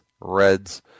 Reds